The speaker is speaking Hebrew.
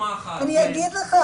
אני אגיד לך,